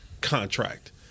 contract